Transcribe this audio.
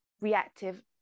reactive